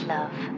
Love